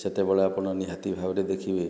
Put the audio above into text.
ସେତେବେଳେ ଆପଣ ନିହାତି ଭାବରେ ଦେଖିବେ